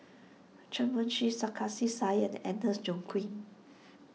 Chen Wen Hsi Sarkasi Said and Agnes Joaquim